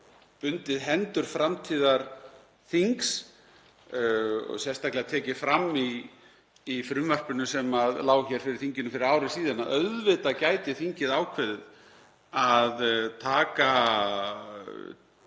bundið hendur framtíðarþings, og það er sérstaklega tekið fram í frumvarpinu sem lá hér fyrir þinginu fyrir ári að auðvitað gæti þingið ákveðið að taka inn